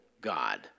God